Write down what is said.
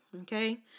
okay